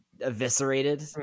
eviscerated